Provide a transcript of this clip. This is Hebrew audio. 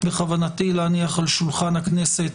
בכוונתי להניח על שולחן הכנסת